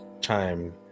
time